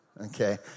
okay